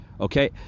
okay